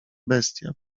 bestia